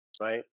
right